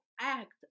act